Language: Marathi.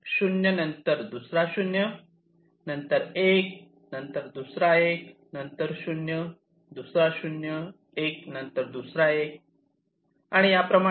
0 नंतर दुसरा 0 नंतर 1 नंतर दुसरा 1 नंतर 0 दुसरा 0 1 नंतर दुसरा 1 आणि याप्रमाणे